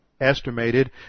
estimated